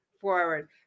forward